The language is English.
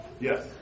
Yes